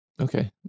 Okay